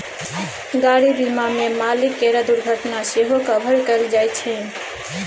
गाड़ी बीमा मे मालिक केर दुर्घटना सेहो कभर कएल जाइ छै